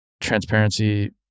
transparency